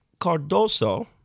Cardoso